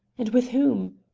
and with whom?